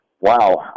Wow